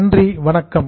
நன்றி வணக்கம்